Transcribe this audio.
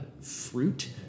fruit